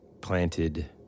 planted